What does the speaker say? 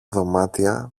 δωμάτια